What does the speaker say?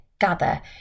gather